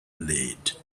lead